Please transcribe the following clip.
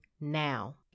now